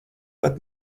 pat